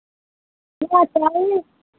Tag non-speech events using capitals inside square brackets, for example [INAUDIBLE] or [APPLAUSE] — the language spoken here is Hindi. [UNINTELLIGIBLE] चाही